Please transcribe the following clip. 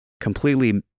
completely